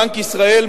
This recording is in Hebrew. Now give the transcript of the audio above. בנק ישראל,